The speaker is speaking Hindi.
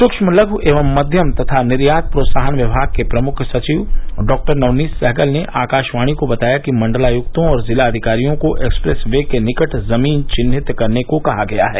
सूक्ष्म लघु एवं मध्यम तथा निर्यात प्रोत्साहन विभाग के प्रमुख सचिव डॉक्टर नवनीत सहगल ने आकाशवाणी को बताया कि मंडलायुक्तों और जिलाधिकारियों को एक्सप्रेस वे के निकट जमीन चिन्हित करने को कहा गया है